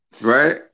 Right